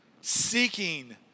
seeking